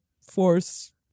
force